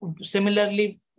similarly